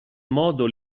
modo